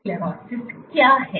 atherosclerosis क्या है